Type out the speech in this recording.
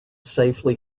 safely